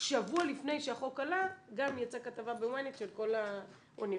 שבוע לפני שהחוק עלה גם יצאה כתבה ב-ynet של כל האוניברסיטאות,